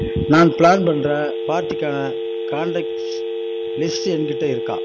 நான் ப்ளான் பண்ணுற பார்ட்டிக்கான காண்டக்ட்ஸ் லிஸ்ட்டு என்கிட்ட இருக்கா